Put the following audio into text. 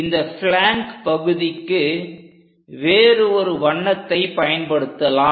இந்த பிளாங்க் பகுதிக்கு வேறு ஒரு வண்ணத்தை பயன்படுத்தலாம்